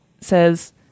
says